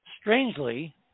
Strangely